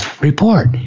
report